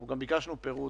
אנחנו גם ביקשנו פירוט,